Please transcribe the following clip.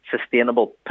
sustainable